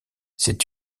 c’est